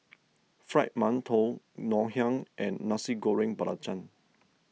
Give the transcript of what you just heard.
Fried Mantou Ngoh Hiang and Nasi Goreng Belacan